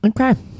Okay